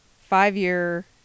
five-year